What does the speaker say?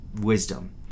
wisdom